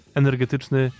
energetyczny